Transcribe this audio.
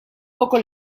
poco